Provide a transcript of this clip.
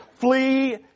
Flee